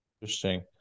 Interesting